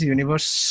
Universe